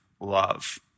love